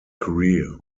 career